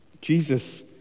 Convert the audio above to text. Jesus